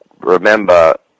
remember